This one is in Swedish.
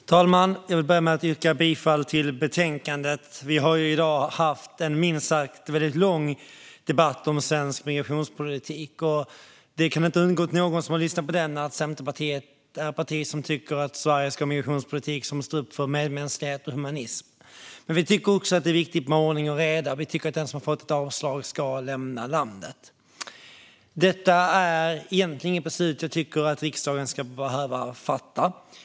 Fru talman! Jag vill börja med att yrka bifall till förslaget i betänkandet. Vi har i dag haft en minst sagt väldigt lång debatt om svensk migrationspolitik, och det kan inte ha undgått någon som har lyssnat på den att Centerpartiet är ett parti som tycker att Sverige ska ha en migrationspolitik som står upp för medmänsklighet och humanism. Men vi tycker också att det är viktigt med ordning och reda, och vi tycker att den som har fått ett avslag ska lämna landet. Det som vi debatterar nu är egentligen inget beslut som jag tycker att riksdagen ska behöva fatta.